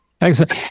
excellent